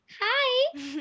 Hi